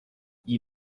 you